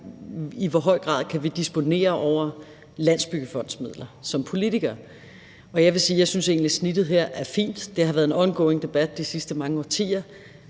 i hvor høj grad vi kan disponere over Landsbyggefondens midler som politikere. Og jeg vil sige, at jeg egentlig synes, at snittet her er fint. Det har været en ongoing debat de sidste mange årtier